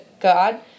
God